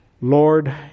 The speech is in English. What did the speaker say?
Lord